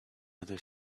other